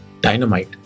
dynamite